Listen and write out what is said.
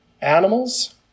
animals